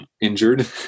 injured